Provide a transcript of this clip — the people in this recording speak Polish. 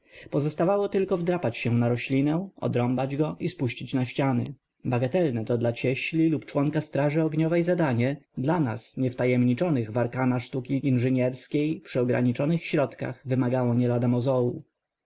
pozostawało tylko wdrapać się na roślinę odrąbać go i spuścić na ściany bagatelne to dla cieśli lub członka straży ogniowej zadanie dla nas niewtajemniczonych w arkana sztuki inżenierskiej przy ograniczonych środkach wymagało nie lada